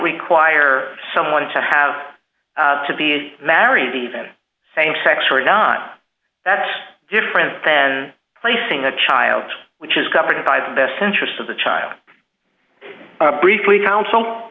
require someone to have to be married even same sex or not that's different than placing a child which is covered by the best interest of the child briefly counsel